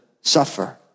suffer